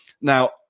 Now